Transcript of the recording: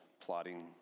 plotting